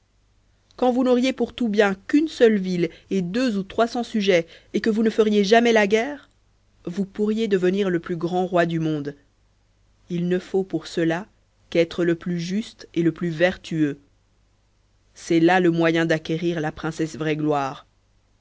quand vous n'auriez pour tout bien qu'une seule ville et deux ou trois cents sujets et que vous ne feriez jamais la guerre vous pourriez devenir le plus grand roi du monde il ne faut pour cela qu'être le plus juste et le plus vertueux c'est là le moyen d'acquérir la princesse